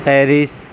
Paris